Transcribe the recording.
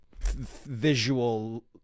visual